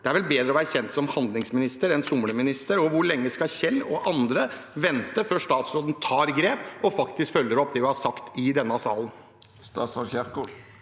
er det vel bedre å være kjent som handlingsminister enn somleminister? Hvor lenge skal Kjell og andre vente før statsråden tar grep og faktisk følger opp det hun har sagt i denne salen?